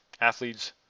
athletes